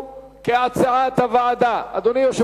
גם סעיף 10. חברת הכנסת שלי יחימוביץ הורידה את ההסתייגות